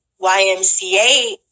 ymca